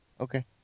Okay